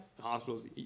hospitals